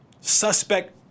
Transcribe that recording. suspect